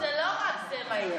זה לא רק "זה מה יש".